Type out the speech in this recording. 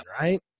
right